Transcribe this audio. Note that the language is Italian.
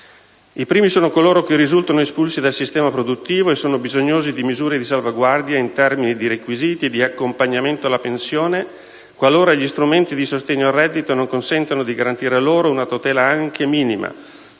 I primi sono coloro che risultano espulsi dal sistema produttivo e sono bisognosi di misure di salvaguardia in termini di requisiti pensionistici e di accompagnamento alla pensione, qualora gli strumenti di sostegno al reddito non consentano di garantire loro una tutela anche minima,